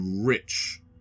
rich